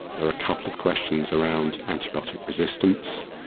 there are a couple of questions around antibiotic resistance,